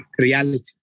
reality